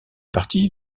partie